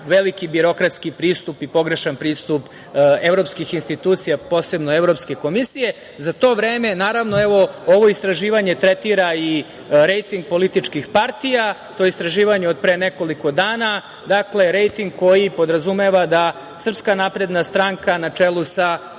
veliki birokratski pristup i pogrešan pristup evropskih institucija, posebno Evropske komisije.Za to vreme, naravno, evo ovo istraživanje tretira i rejting političkih parija. To je istraživanje od pre nekoliko dana. Dakle, rejting koji podrazumeva da SNS na čelu sa